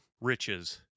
riches